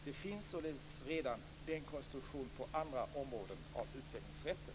Det finns således redan den konstruktionen på andra områden av utlänningsrätten.